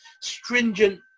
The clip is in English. stringent